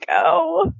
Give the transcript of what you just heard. go